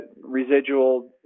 residual